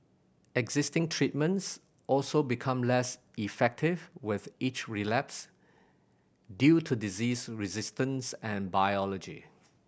existing treatments also become less effective with each relapse due to disease resistance and biology